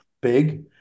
big